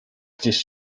gdzieś